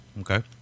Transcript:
Okay